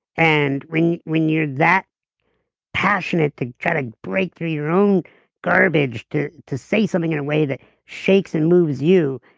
and when when you're that passionate to try to break through your own garbage to to say something in a way that shakes and moves you,